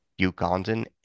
Ugandan